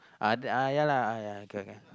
uh ya lah ya okay okay